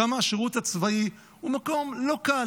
כמה השירות הצבאי הוא מקום לא קל,